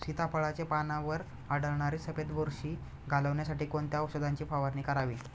सीताफळाचे पानांवर आढळणारी सफेद बुरशी घालवण्यासाठी कोणत्या औषधांची फवारणी करावी?